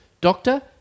Doctor